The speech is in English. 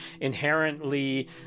inherently